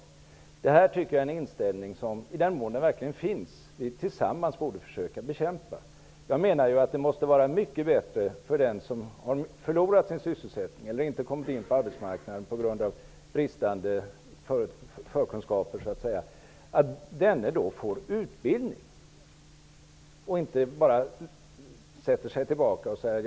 I den mån denna inställning förekommer, borde vi tillsammans försöka bekämpa den. Det måste vara mycket bättre för den som har förlorat en sysselsättning eller inte kommit in på arbetsmarknaden genom bristande förkunskaper att få utbildning i stället för att nöja sig med kontantbidrag.